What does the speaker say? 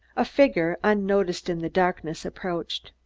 a figure, unnoticed in the darkness, approached.